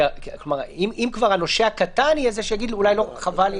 אם כבר הנושה הקטן יהיה זה שיגיד: חבל לי.